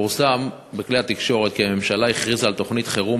פורסם בכלי התקשורת כי הממשלה הכריזה על תוכנית חירום